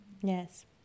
Yes